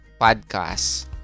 podcast